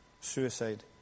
Suicide